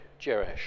Jerash